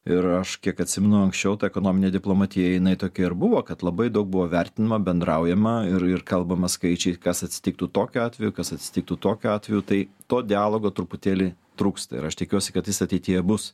ir aš kiek atsimenu anksčiau ta ekonominė diplomatija jinai tokia ir buvo kad labai daug buvo vertinama bendraujama ir ir kalbama skaičiai kas atsitiktų tokiu atveju kas atsitiktų tokiu atveju tai to dialogo truputėlį trūksta ir aš tikiuosi kad jis ateityje bus